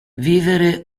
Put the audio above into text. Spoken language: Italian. vivere